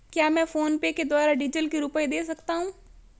क्या मैं फोनपे के द्वारा डीज़ल के रुपए दे सकता हूं?